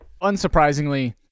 unsurprisingly